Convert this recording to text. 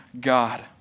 God